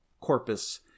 corpus